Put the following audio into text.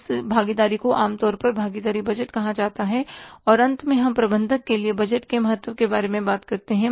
इस भागीदारी को आमतौर पर भागीदारी बजट कहा जाता है और अंत में हम प्रबंधक के लिए बजट के महत्व के बारे में बात करते हैं